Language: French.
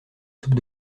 soupe